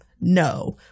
No